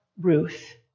Ruth